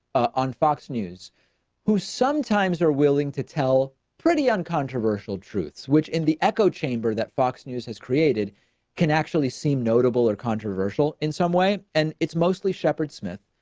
on fox news who sometimes are willing to tell pretty uncontroversial truths, which in the echo chamber that fox news has created can actually seem notable or controversial in some way. and it's mostly shepard smith.